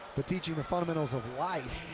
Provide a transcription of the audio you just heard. but teaching the fundamentals of life,